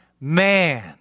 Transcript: man